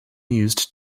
used